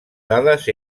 dades